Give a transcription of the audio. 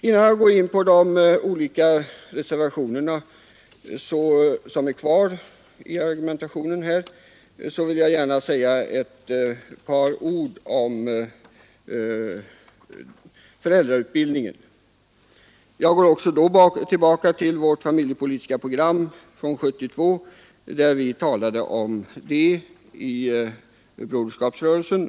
Innan jag går in på de olika reservationer som jag ännu inte har berört vill jag gärna säga några ord om föräldrautbildningen. Jag går också då tillbaka till vårt familjepolitiska program från 1972. Vi diskuterade denna fråga i Broderskapsrörelsen.